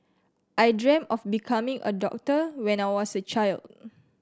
I dreamt of becoming a doctor when I was a child